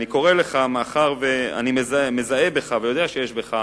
אני קורא לך, מאחר שאני מזהה בך ויודע שיש בך